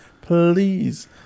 please